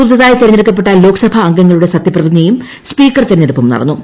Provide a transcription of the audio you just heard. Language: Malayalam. പുതുതായി തെരഞ്ഞെടുക്കപ്പെട്ട ലോക്സഭാ അംഗങ്ങളുടെ സത്യപ്രതിജ്ഞയും സ്പീക്കർ തെരഞ്ഞെടുപ്പും നടന്നു